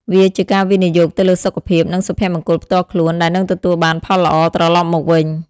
វាជាការវិនិយោគទៅលើសុខភាព និងសុភមង្គលផ្ទាល់ខ្លួនដែលនឹងទទួលបានផលល្អត្រឡប់មកវិញ។